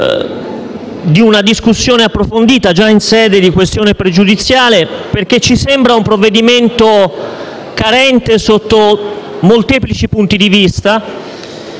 di una discussione approfondita già in sede di questione pregiudiziale, perché ci sembra carente sotto molteplici punti di vista;